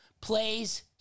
plays